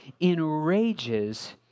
enrages